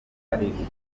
ari